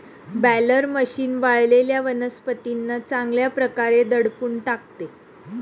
baler machine वाळलेल्या वनस्पतींना चांगल्या प्रकारे दडपून टाकते